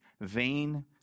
vain